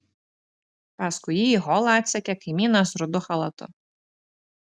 paskui jį į holą atsekė kaimynas rudu chalatu